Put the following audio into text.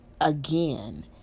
again